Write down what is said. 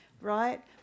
Right